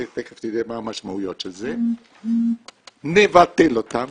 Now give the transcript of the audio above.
תיכף תראה מה המשמעויות של זה, נבטל אותם